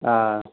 آ